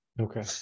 Okay